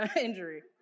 injury